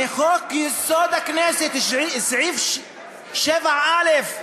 מחוק-יסוד: הכנסת, סעיף 7א,